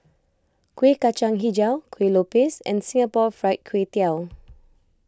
Kueh Kacang HiJau Kuih Lopes and Singapore Fried Kway Tiao